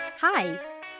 Hi